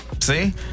See